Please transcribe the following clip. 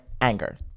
anger